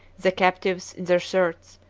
the captives, in their shirts,